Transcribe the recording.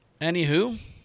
anywho